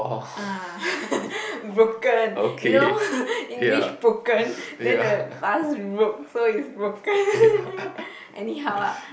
uh broken you know English broken then the vase broke so is broken anyhow ah